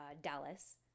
Dallas